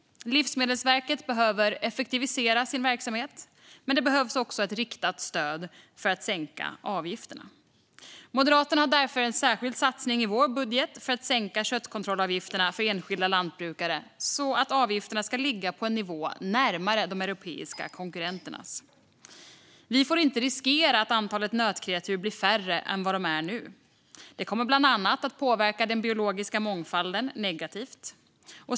Livsmedelsverket behöver effektivisera sin verksamhet, men det behövs också ett riktat stöd för att sänka avgifterna. Moderaterna har därför en särskild satsning i vår budget för att sänka köttkontrollavgifterna för enskilda lantbrukare, så att avgifterna ska ligga på en nivå närmare de europeiska konkurrenternas. Vi får inte riskera att antalet nötkreatur blir mindre än vad det är nu. Det kommer bland annat att påverka den biologiska mångfalden negativt.